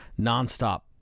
nonstop